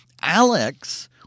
Alex—